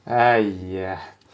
!aiya!